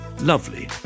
lovely